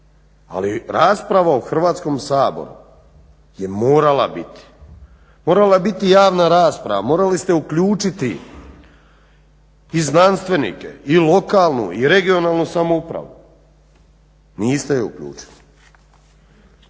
Ali rasprava u Hrvatskom saboru je morala biti, morala je biti javna rasprava, morali ste uključiti i znanstvenike i lokalnu i regionalnu samoupravu. Niste je uključili.